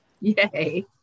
Yay